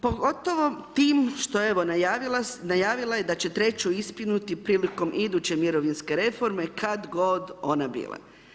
Pogotovo tim što evo najavila je da će treću ispuniti prilikom iduće mirovinske reforme kad god ona bila.